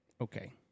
okay